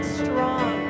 strong